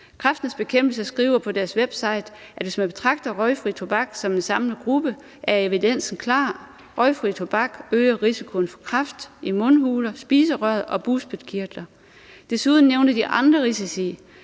Kræftens Bekæmpelse skriver på sin website, at hvis man betragter røgfri tobak som en samlet gruppe, er evidensen klar: Røgfri tobak øger risikoen for kræft i mundhule, spiserør og bugspytkirtel. Desuden nævner de andre risici